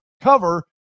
cover